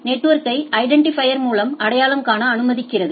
நெட்வொர்க்யை identifier மூலம் அடையாளம் காண அனுமதிக்கிறது